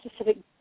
specific